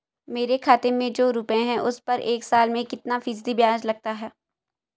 मेरे खाते में जो रुपये हैं उस पर एक साल में कितना फ़ीसदी ब्याज लगता है?